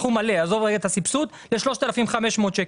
סכום מלא, עזוב רגע את הסבסוד, ל-3,500 שקל.